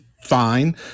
fine